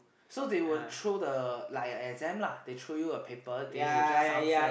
so they would throw the like a exam lah they throw you a paper then you just answer